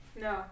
No